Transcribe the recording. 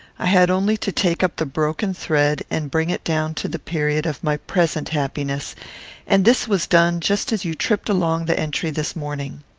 i had only to take up the broken thread, and bring it down to the period of my present happiness and this was done, just as you tripped along the entry this morning.